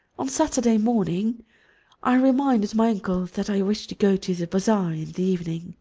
on saturday morning i reminded my uncle that i wished to go to the bazaar in the evening.